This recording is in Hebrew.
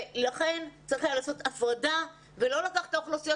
לכן צריך היה לעשות הפרדה ולא לקחת את האוכלוסיות